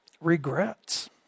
Regrets